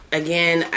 again